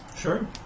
Sure